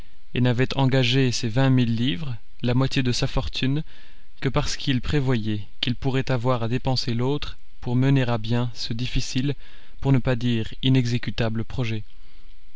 et n'avait engagé ces vingt mille livres la moitié de sa fortune que parce qu'il prévoyait qu'il pourrait avoir à dépenser l'autre pour mener à bien ce difficile pour ne pas dire inexécutable projet